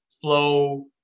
flow